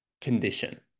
condition